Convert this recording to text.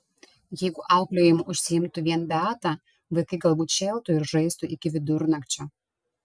jeigu auklėjimu užsiimtų vien beata vaikai galbūt šėltų ir žaistų iki vidurnakčio